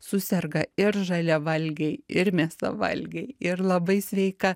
suserga ir žaliavalgiai ir mėsavalgiai ir labai sveiką